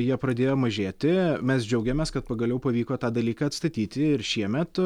jie pradėjo mažėti mes džiaugiamės kad pagaliau pavyko tą dalyką atstatyti ir šiemet